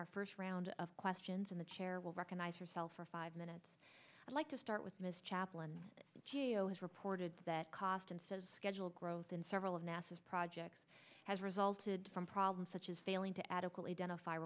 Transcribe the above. our first round of questions in the chair will recognize herself for five minutes i'd like to start with mr chaplin has reported that cost and says schedule growth in several of nasa's projects has resulted from problems such as failing to adequately dental fi